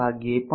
વાગ્યે પણ